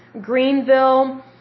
Greenville